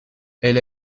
elle